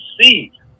see